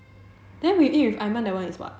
then we eat with aiman that one is what